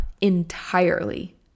entirely